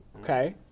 Okay